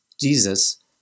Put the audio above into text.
Jesus